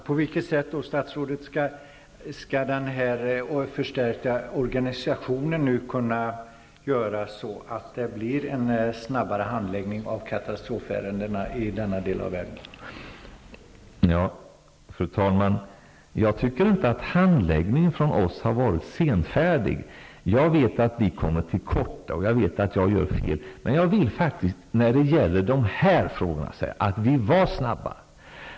På vilket sätt skall den förstärkta organisationen kunna se till att det nu blir en snabbare handläggning av katastrofärendena i denna del av världen, Alf Svensson?